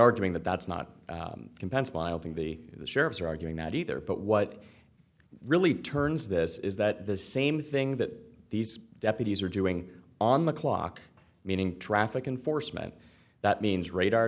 arguing that that's not compensable the sheriffs are arguing that either but what really turns this is that the same thing that these deputies are doing on the clock meaning traffic enforcement that means radar